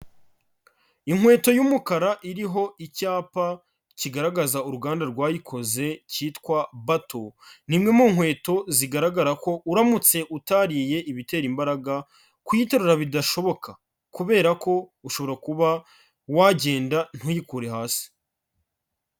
Inkweto y'umukara iriho icyapa kigaragaza uruganda rwayikoze kitwa bato, ni imwe mu nkweto zigaragara ko uramutse utariye ibitera imbaraga kuyiterura bidashoboka, kubera ko ushobora kuba wagenda ntuyikure hasi.